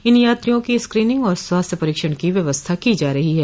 इन यात्रियों की स्क्रीनिंग और स्वास्थ्य परीक्षण की व्यवस्था की जा रही है